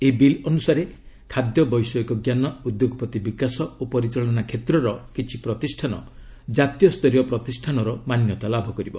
ଏହି ବିଲ୍ ଅନୁସାରେ ଖାଦ୍ୟ ବୈଷୟିକଞ୍ଜାନ ଉଦ୍ୟୋଗପତି ବିକାଶ ଓ ପରିଚାଳନା କ୍ଷେତ୍ରର କିଛି ପ୍ରତିଷ୍ଠାନ ଜାତୀୟ ସ୍ତରୀୟ ପ୍ରତିଷ୍ଠାନର ମାନ୍ୟତା ଲାଭ କରିବ